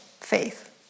faith